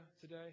today